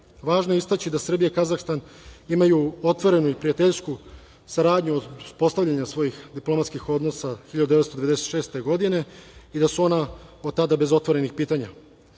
je reći da Srbija i Kazahstan imaju otvorenu i prijateljsku saradnju uspostavljanja svojih diplomatskih odnosa 1996. godine i da su ona od tada bez otvorenih pitanja.